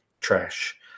trash